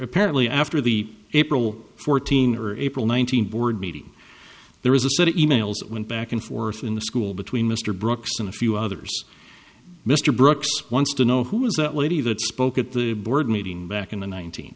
apparently after the april fourteenth or april one thousand board meeting there is a set e mails that went back and forth in the school between mr brooks and a few others mr brooks wants to know who was that lady that spoke at the board meeting back in the nineteen